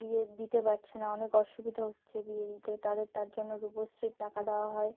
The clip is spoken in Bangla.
বিয়ে দিতে পারছে না অনেক অসুবিধা হচ্ছে বিয়ে দিতে তাদের তার জন্য রূপশ্রীর টাকা দেওয়া হয়